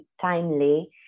timely